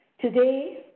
Today